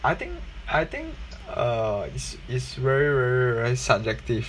I think I think uh it's it's very very very subjective